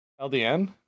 LDN